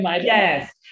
Yes